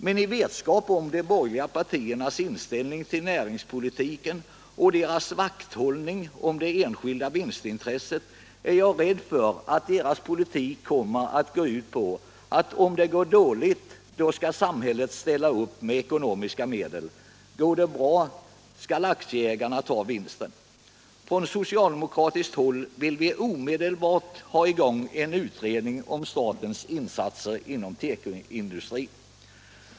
Men i vetskap om de borgerliga partiernas inställning till näringspolitiken och deras vakthållning om det enskilda vinstintresset är jag rädd för att deras politik kommer att gå ut på att om det går dåligt, då skall samhället ställa upp med ekonomiska medel, men går det bra skall aktieägarna ta vinsten. Från socialdemokratiskt håll vill vi omedelbart ha i gång en utredning om statens insatser inom tekoindustrin.